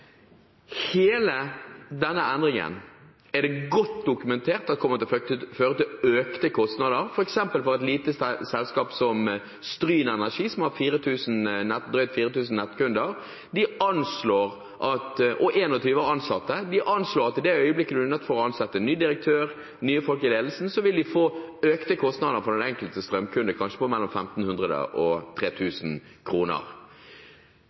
Hele denne endringen er det godt dokumentert at kommer til å føre til økte kostnader, f.eks. for et lite selskap som Stryn Energi, som har drøyt 4 000 nettkunder og 21 ansatte. De anslår at de, i det øyeblikket de må ansette ny direktør og nye folk i ledelsen, vil få økte kostnader for den enkelte strømkunde på kanskje mellom 1 500 kr og